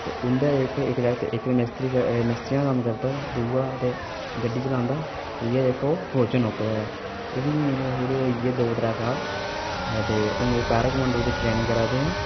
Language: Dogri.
ते उंदे जेह्के इक जाक्त ते मिस्त्रियां दा कम्म करदा ते दूआ ते गड्डी चलांदा न त्रीआ जेह्का ऐ फौज च नौकरी करदा ओह् बी हुन गै होई ऐ दौ त्रै साल ते हुन ओह् पैरा कमांड़ो दी ट्रेनिंग करा दे